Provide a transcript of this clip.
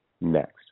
next